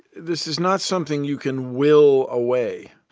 this is not something you can will away,